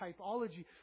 typology